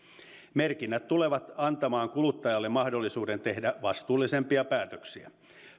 merkinnät tulevat antamaan kuluttajalle mahdollisuuden tehdä vastuullisempia päätöksiä